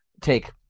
take